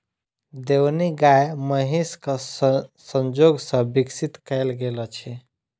देओनी गाय महीसक संजोग सॅ विकसित कयल गेल अछि